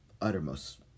uttermost